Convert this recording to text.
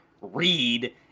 read